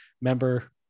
member